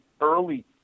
early